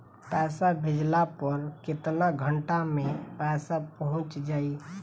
पैसा भेजला पर केतना घंटा मे पैसा चहुंप जाई?